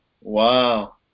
Wow